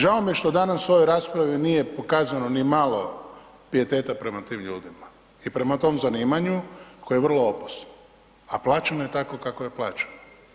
Žao mi je što danas u ovoj raspravi nije pokazano ni malo piateta prema tim ljudima i prema tom zanimanju koje je vrlo opasno, a plaćeno je tako kako je plaćeno.